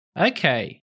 Okay